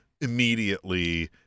immediately